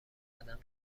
بقدم